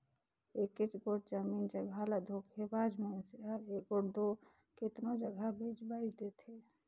एकेच गोट जमीन जगहा ल धोखेबाज मइनसे हर एगोट दो केतनो जगहा बेंच बांएच देथे